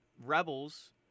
rebels